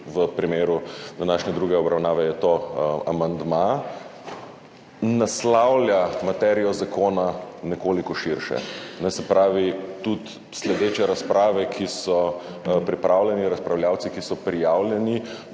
v primeru današnje druge obravnave je to amandma, naslavlja materijo zakona nekoliko širše. Se pravi, tudi sledeče razprave, ki so pripravljene, razpravljavci, ki so prijavljeni,